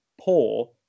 poor